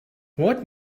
what